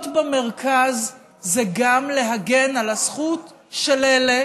להיות במרכז זה גם להגן על הזכות של אלה